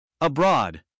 Abroad